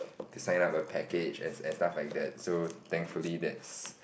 to sign up a package and and stuff like that so thankfully that's